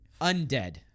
Undead